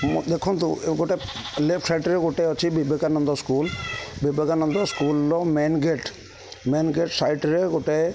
ମୁଁ ଦେଖନ୍ତୁ ଗୋଟେ ଲେଫ୍ଟ ସାଇଡ଼୍ରେ ଗୋଟେ ଅଛି ବିବେକାନନ୍ଦ ସ୍କୁଲ ବିବେକାନନ୍ଦ ସ୍କୁଲର ମେନ୍ ଗେଟ୍ ମେନ୍ ଗେଟ୍ ସାଇଟ୍ରେ ଗୋଟେ